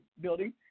building